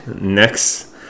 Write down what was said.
next